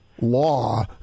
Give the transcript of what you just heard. law